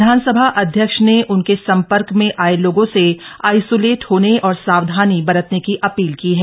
विधानसभा अध्यक्ष ने उनके संपर्क में आए लोगों से आइसोलेट होने और सावधानी बरतने की अपील की है